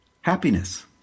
happiness